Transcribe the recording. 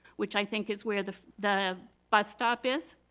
which i think is where the the bus stop is.